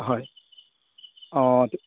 হয় অঁ